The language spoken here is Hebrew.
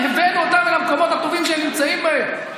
הבאנו אותם למקומות הטובים שהם נמצאים בהם.